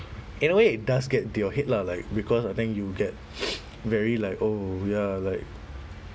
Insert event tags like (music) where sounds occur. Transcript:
in a way it does get into your head lah like because I think you get (noise) very like oh ya like